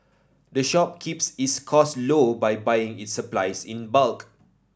the shop keeps its cost low by buying its supplies in bulk